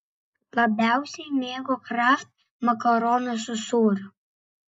labiausiai mėgo kraft makaronus su sūriu